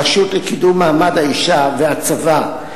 הרשות לקידום מעמד האשה והצבא,